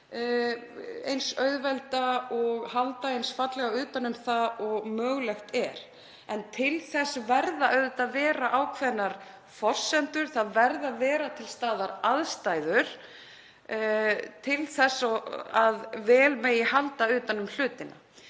eins auðvelda og halda eins fallega utan um það og mögulegt er. En til þess verða auðvitað að vera ákveðnar forsendur, það verða að vera til staðar aðstæður til þess að vel megi halda utan um hlutina.